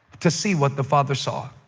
to see what the father saw.